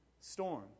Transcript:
storm